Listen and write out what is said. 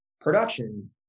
production